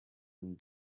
and